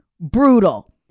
Brutal